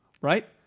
right